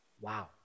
Wow